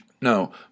no